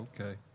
Okay